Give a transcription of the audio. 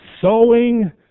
sowing